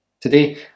Today